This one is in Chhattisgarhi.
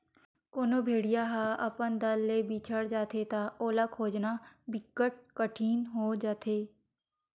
कोनो भेड़िया ह अपन दल ले बिछड़ जाथे त ओला खोजना बिकट कठिन हो जाथे